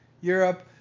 Europe